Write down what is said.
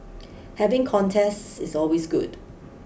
having contests is always good